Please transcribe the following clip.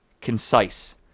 concise